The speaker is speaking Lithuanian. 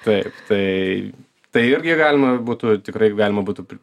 taip tai tai irgi galima būtų tikrai galima būtų pri